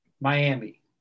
Miami